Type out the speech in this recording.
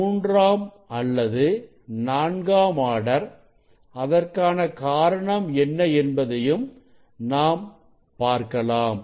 மூன்றாம் அல்லது நான்காம் ஆர்டர் அதற்கான காரணம் என்ன என்பதையும் நாம் பார்க்கலாம்